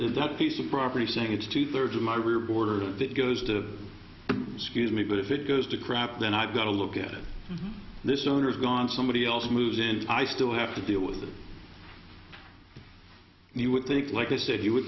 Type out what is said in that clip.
s a piece of property saying it's two thirds of my rear border that goes to scuse me but if it goes to crap then i've got to look at it this owner is gone somebody else moves in i still have to deal with that and you would think like i said you would